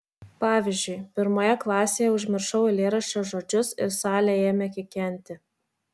pavyzdžiui pirmoje klasėje užmiršau eilėraščio žodžius ir salė ėmė kikenti